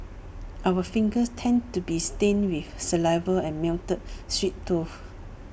our fingers tended to be stained with saliva and melted sweet though